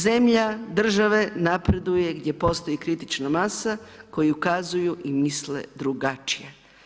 Zemlja, države napreduje gdje postoji kritična masa koji ukazuju i misle drugačije.